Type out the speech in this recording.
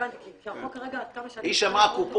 אבל יהיו הרבה שאלות כשנגיע לסעיף.